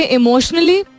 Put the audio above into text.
emotionally